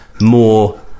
more